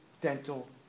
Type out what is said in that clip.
dental